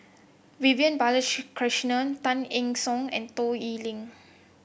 Vivian Balakrishnan Tay Eng Soon and Toh Liying